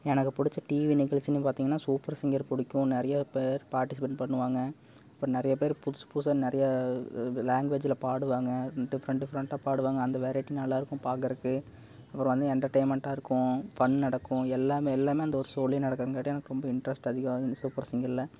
எனக்கு பிடிச்ச டிவி நிகழ்ச்சினு பார்த்தீங்கன்னா சூப்பர் சிங்கர் பிடிக்கும் நிறையா பேர் பார்ட்டிசிபேட் பண்ணுவாங்க இப்போ நிறையா பேர் புதுசு புதுசாக நிறையா இது லாங்குவேஜ்ஜில் பாடுவாங்க டிஃப்ரெண்ட் டிஃப்ரெண்ட்டாக பாடுவாங்க அந்த வெரைட்டி நல்லாயிருக்கும் பார்க்கறக்கு அப்புறம் வந்து என்டர்டைமெண்ட்டாக இருக்கும் ஃபன் நடக்கும் எல்லாமே எல்லாமே அந்த ஒரு ஷோலேயே நடக்கிறங்காட்டி எனக்கு வந்து இன்ட்ரெஸ்ட் அதிகமாது இந்த சூப்பர் சிங்கரில்